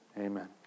amen